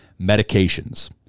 Medications